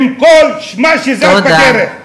שחיתות עם כל מה שזז בדרך.